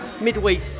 midweek